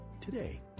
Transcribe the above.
today